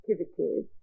activities